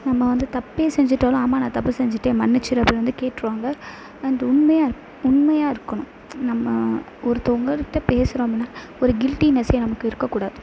நம்ம வந்து தப்பே செஞ்சுட்டாலும் ஆமாம் நான் தப்பு செஞ்சுட்டேன் மன்னிச்சிடு அப்படின்னு வந்து கேட்டிருவாங்க அண்ட் உண்மையாக உண்மையாக இருக்கணும் நம்ம ஒருத்தவங்கள்ட்ட பேசுகிறோம்னா ஒரு கில்டினெஸ்ஸே நமக்கு இருக்கக் கூடாது